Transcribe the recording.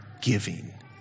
giving